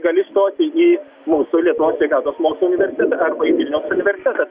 gali stoti į mūsų lietuvos sveikatos mokslų universitetą arba į vilniaus universitetą